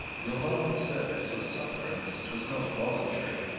your last service was suff'rance twas not voluntary.